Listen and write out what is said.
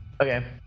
Okay